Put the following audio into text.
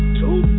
two